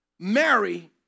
Mary